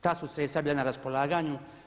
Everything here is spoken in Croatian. Ta su sredstva bila na raspolaganju.